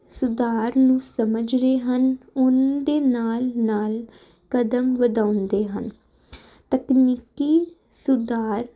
ਸੁਧਾਰ ਨੂੰ ਸਮਝ ਰਹੇ ਹਨ ਉਹਨਾਂ ਦੇ ਨਾਲ ਨਾਲ ਕਦਮ ਵਧਾਉਂਦੇ ਹਨ ਤਕਨੀਕੀ ਸੁਧਾਰ